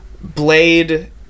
blade